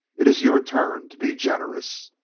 it is your turn to be generous.